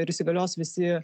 ir įsigalios visi